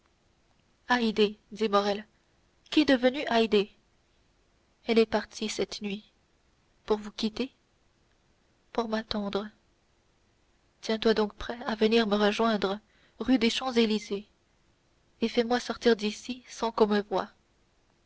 dit morrel qu'est devenue haydée elle est partie cette nuit pour vous quitter pour m'attendre tiens-toi donc prêt à venir me rejoindre rue des champs-élysées et fais-moi sortir d'ici sans qu'on me voie